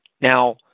Now